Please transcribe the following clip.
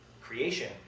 creation